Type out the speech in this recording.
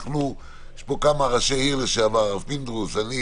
יש כאן כמה ראשי עיר לשעבר הרב פינדרוס ואני